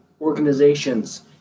organizations